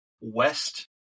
west